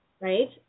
right